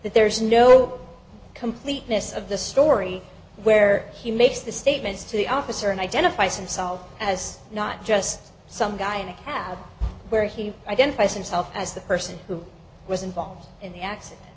that there's no completeness of the story where he makes the statements to the officer and identifies himself as not just some guy in a cab where he identifies himself as the person who was involved in the accident